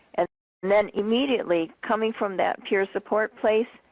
and then immediately coming from that peer support place,